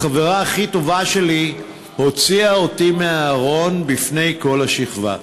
החברה הכי טובה שלי הוציאה אותי מהארון בפני כל השכבה.